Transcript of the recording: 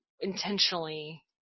intentionally